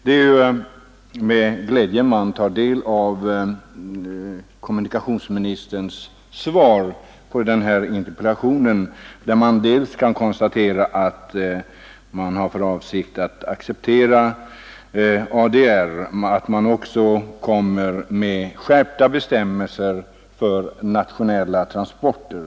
Det är med glädje som jag har tagit del av kommunikationsministerns svar på den framställda interpellationen och kunnat konstatera att Sverige skall ansluta sig till ADR liksom att regeringen kommer att utfärda skärpta bestämmelser för nationella transporter.